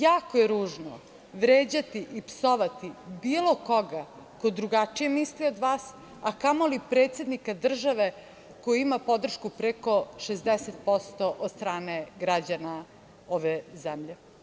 Jako je ružno vređati i psovati bilo koga ko drugačije misli od vas, a kamoli predsednika države koji ima podršku preko 60% od strane građana ove zemlje.